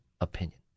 opinion